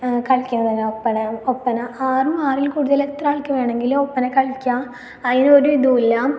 കളിക്കുന്നത് തന്നെയാണ് ഒപ്പന ഒപ്പന ആറും ആറിൽ കൂട്തൽ എത്ര ആൾക്ക് വേണമെങ്കിലും ഒപ്പന കളിക്കാം അതിനൊരു ഇതുമില്ല